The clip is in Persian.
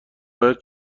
باید